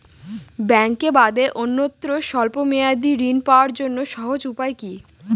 ব্যাঙ্কে বাদে অন্যত্র স্বল্প মেয়াদি ঋণ পাওয়ার জন্য সহজ উপায় কি?